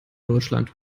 deutschland